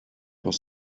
was